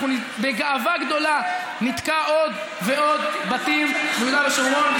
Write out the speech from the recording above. אנחנו בגאווה גדולה נתקע עוד ועוד בתים ביהודה ושומרון.